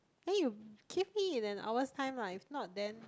then you give me in an hour's time lah if not then